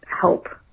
help